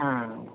ஆ